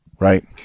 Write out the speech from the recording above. Right